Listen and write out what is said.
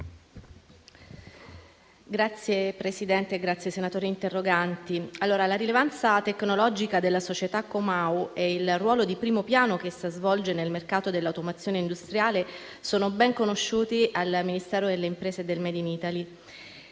Signor Presidente, ringrazio i senatori interroganti per il quesito. La rilevanza tecnologica della società Comau e il ruolo di primo piano che essa svolge nel mercato dell'automazione industriale sono ben conosciuti al Ministero delle imprese e del *made in Italy*.